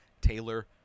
Taylor